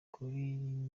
kuri